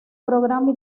programa